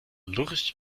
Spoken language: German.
lurch